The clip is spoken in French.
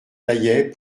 naillet